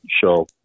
show